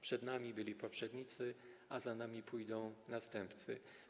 Przed nami byli poprzednicy, a za nami pójdą następcy.